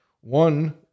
One